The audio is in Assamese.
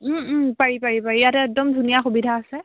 পাৰি পাৰি পাৰি ইয়াতে একদম ধুনীয়া সুবিধা আছে